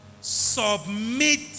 submit